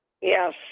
Yes